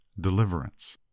deliverance